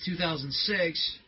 2006